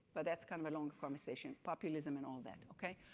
but that's kind of a long conversation populism and all that, okay.